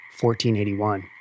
1481